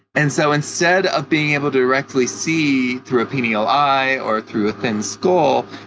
and so instead of being able to directly see through a penial eye or through a thin skull,